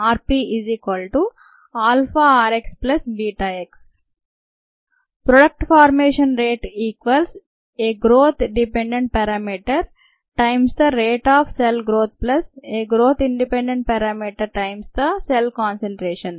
rpαrxβx product formation rate equals a growth dependent parameter times the rate of cell growth plus a growth independent parameter times the cell concentration